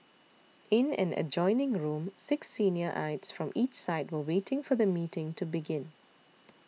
in an adjoining room six senior aides from each side were waiting for the meeting to begin